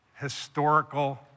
historical